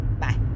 Bye